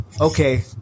okay